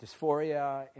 dysphoria